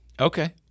Okay